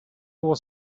was